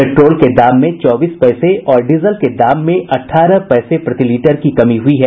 petrol के दाम में चौबीस पैसे और डीजल के दाम में अठारह पैसे प्रति लीटर की कमी हुई है